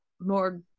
more